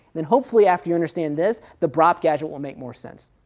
then hopefully after you understand this, the brop gadget will make more sense.